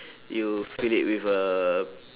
you fill it with uh